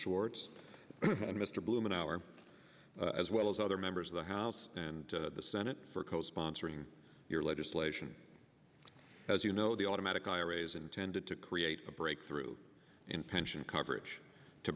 shorts and mr bloom an hour as well as other members of the house and the senate for co sponsoring your legislation as you know the automatic iras intended to create a breakthrough in pension coverage to